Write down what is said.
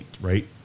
right